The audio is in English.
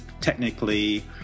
technically